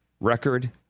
record